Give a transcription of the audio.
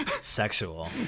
sexual